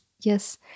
Yes